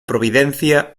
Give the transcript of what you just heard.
providencia